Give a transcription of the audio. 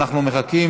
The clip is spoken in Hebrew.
אנחנו כאן מחכים